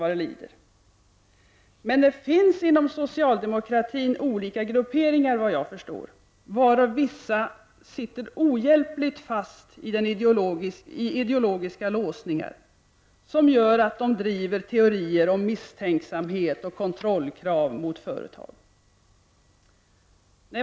Men det finns efter vad jag förstår inom socialdemokratin olika grupperingar, varav vissa sitter ohjälpligt fast i ideologiska låsningar som gör att de driver teorier om misstänksamhet och kontrollkrav mot företag.